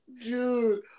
Dude